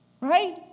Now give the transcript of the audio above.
right